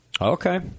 Okay